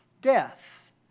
death